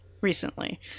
recently